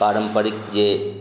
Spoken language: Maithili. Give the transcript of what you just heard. पारम्परिक जे